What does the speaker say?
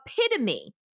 epitome